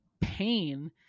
pain